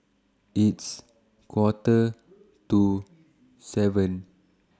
its Quarter to seven